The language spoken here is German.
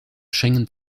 schengen